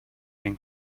and